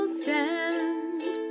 stand